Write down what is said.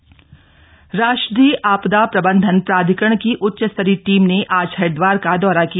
आपदा मित्र प्रशिक्षण राष्ट्रीय आपदा प्रबंधन प्राधिकरण की उच्च स्तरीय टीम ने आज हरिद्वार का दौरा किया